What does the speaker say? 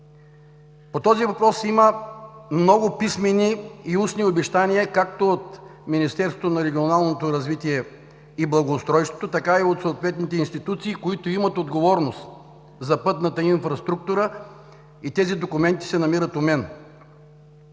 По този въпрос има много писмени и устни обещания както от Министерството на регионалното развитие и благоустройството, така и от съответните институции, които имат отговорност за пътната инфраструктура, и тези документи се намират у мен.